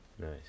Nice